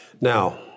Now